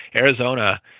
Arizona